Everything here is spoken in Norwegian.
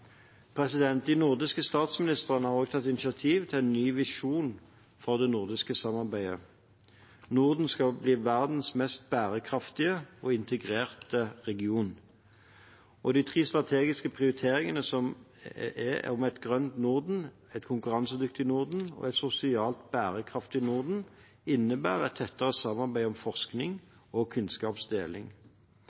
De nordiske statsministrene har tatt initiativ til en ny visjon for det nordiske samarbeidet. Norden skal bli verdens mest bærekraftige og integrerte region. Og de tre strategiske prioriteringene om et grønt Norden, et konkurransedyktig Norden og et sosialt bærekraftig Norden innebærer et tettere samarbeid om forskning og kunnskapsdeling.